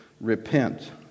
repent